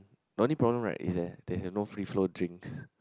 the only problem right is that they have no free flow drinks